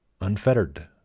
unfettered